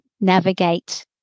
navigate